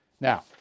now